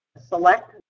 select